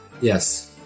Yes